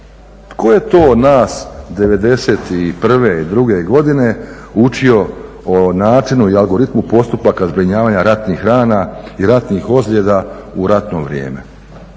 Tko je to nas devedeset i prve, druge godine učio o načinu i algoritmu postupaka zbrinjavanja ratnih rana i ratnih ozljeda u ratno vrijeme,